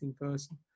person